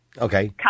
Okay